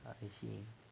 ah I see